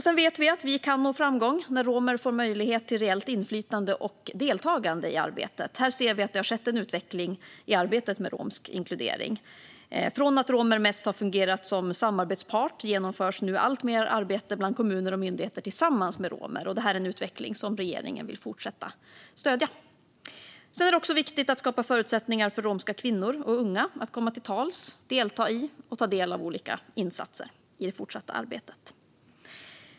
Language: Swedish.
Vi vet att vi kan nå framgång när romer får möjlighet till reellt inflytande och deltagande i arbetet. Här ser vi att det har skett en utveckling i arbetet med romsk inkludering. Från att romer mest har fungerat som samarbetspart genomförs nu alltmer arbete bland kommuner och myndigheter tillsammans med romer. Det är en utveckling som regeringen vill fortsätta att stödja. Det är också viktigt att skapa förutsättningar för romska kvinnor och unga att komma till tals, delta i, och ta del av olika insatser i det fortsatta arbetet.